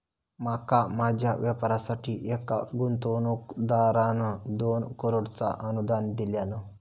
माका माझ्या व्यापारासाठी एका गुंतवणूकदारान दोन करोडचा अनुदान दिल्यान